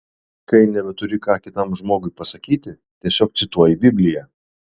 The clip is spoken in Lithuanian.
kai nebeturi ką kitam žmogui pasakyti tiesiog cituoji bibliją